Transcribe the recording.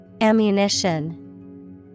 Ammunition